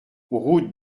route